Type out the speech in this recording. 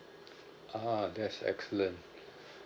ah that's excellent